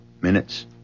minutes